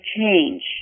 change